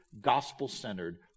gospel-centered